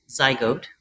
zygote